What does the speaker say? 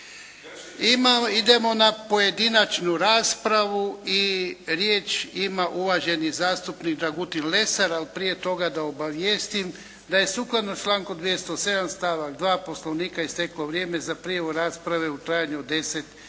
Idemo na pojedinačnu raspravu i riječ ima uvaženi zastupnik Dragutin Lesar, ali prije toga da obavijestim da je sukladno članku 207. stavak 2. Poslovnika isteklo vrijeme za prijavu rasprave u trajanju od